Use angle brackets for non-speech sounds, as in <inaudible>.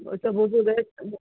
ଏ ତ <unintelligible>